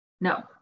no